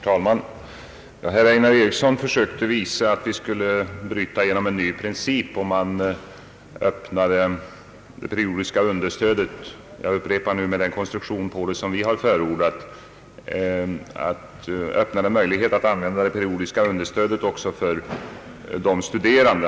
Herr talman! Herr Einar Eriksson försökte visa att vi skulle bryta mot en princip genom att öppna möjlighet att använda reglerna om periodiskt understöd också för de studerande — jag upprepar: med den konstruktion vi har förordat.